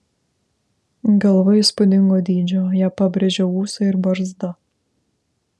galva įspūdingo dydžio ją pabrėžia ūsai ir barzda